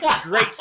great